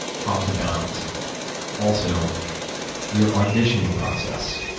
talk about also your auditioning process.